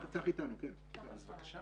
ובדוח המעקב